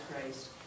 Christ